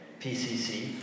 PCC